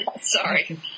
Sorry